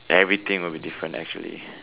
everything will be different actually